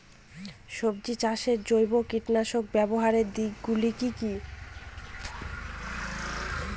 সবজি চাষে জৈব কীটনাশক ব্যাবহারের দিক গুলি কি কী?